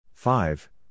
Five